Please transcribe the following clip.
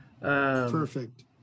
Perfect